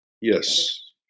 Yes